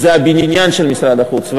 וזה הבניין של משרד החוץ.